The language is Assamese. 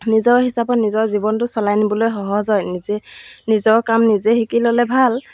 নিজৰ হিচাপত নিজৰ জীৱনটো চলাই নিবলৈ সহজ হয় নিজে নিজৰ কাম নিজে শিকি ল'লে ভাল